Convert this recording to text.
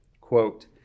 Quote